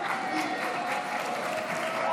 חברי הכנסת,